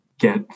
get